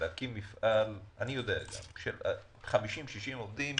להקים מפעל, 50, 60 עובדים,